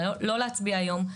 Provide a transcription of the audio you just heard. לא להצביע היום,